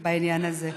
בעניין הזה.